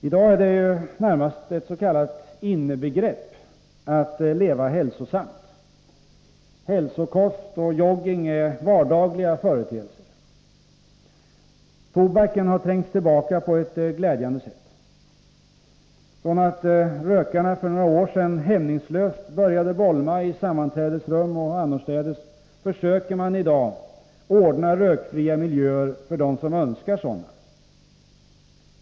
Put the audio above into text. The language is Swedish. I dag är ett hälsosamt leverne närmast ett s.k. innebegrepp. Hälsokost och joggning är vardagliga företeelser. Tobaksrökningen har trängts tillbaka på ett glädjande sätt. För några år sedan bolmade rökarna hämningslöst i sammanträdesrum och annorstädes, men i dag försöker man ordna rökfria miljöer för dem som önskar sådana.